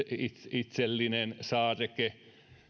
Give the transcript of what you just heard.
itsellinen saareke